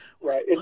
Right